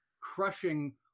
crushing